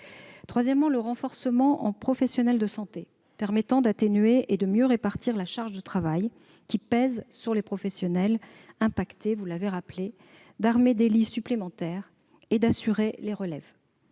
Troisièmement, le renforcement en professionnels de santé permettra d'atténuer et de mieux répartir la charge de travail qui pèse sur les professionnels, qui, vous l'avez rappelé, sont mis à rude épreuve, d'armer des lits supplémentaires et d'assurer les relèves.